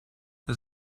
das